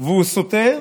והוא סוטה,